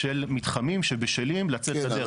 של מתחמים שבשלים לצאת לדרך.